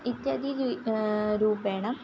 इत्यादि द्वि रूपेण